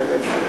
אייכלר,